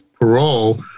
parole